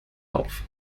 auf